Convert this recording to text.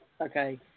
okay